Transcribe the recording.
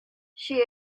she